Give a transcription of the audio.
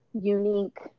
unique